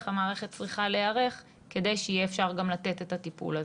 המערכת צריכה להיערך כדי שיהיה אפשר גם לתת את הטיפול הזה.